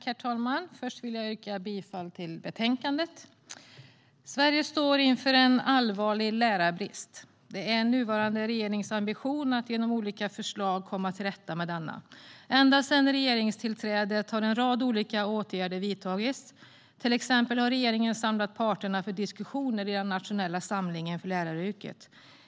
Herr talman! Först vill jag yrka bifall till förslaget i betänkandet. Sverige står inför en allvarlig lärarbrist. Det är nuvarande regerings ambition att genom olika förslag komma till rätta med denna. Ända sedan regeringstillträdet har en rad olika åtgärder vidtagits - till exempel har regeringen samlat parterna för diskussioner i Nationell samling för läraryrket.